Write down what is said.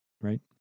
right